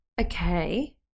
Okay